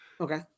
Okay